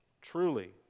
Truly